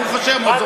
ברוך השם, עוד זוכר.